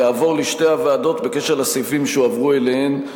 יעבור לשתי הוועדות בקשר לסעיפים שהועברו אליהן,